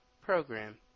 Program